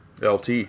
LT